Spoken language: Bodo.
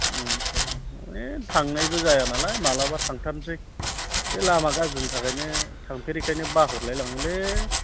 आट्चा ए थांनायबो जाया नालाय मालाबा थांथारनोसै बे लामा गाज्रिनि थाखायनो थांफेरैखायनो बाहरलाय लाङोलै